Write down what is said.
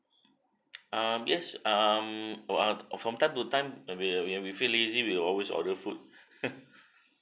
um yes um oh ah from time to time when we when we feel lazy we always order food